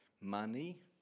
money